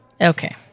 okay